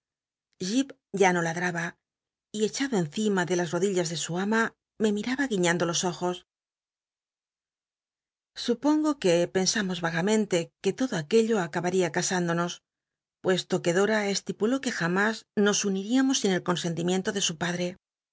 ya no ladmb t y echado encima de las rodillas de su ama me miraha guiíiando los ojos odo supongo que pensa mos vagamente que l estidora que puesto os cas indon acabada aquello pulo que jam is nos uniríamos sin el consentimiento de su ladre